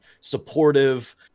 supportive